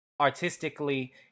artistically